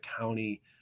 County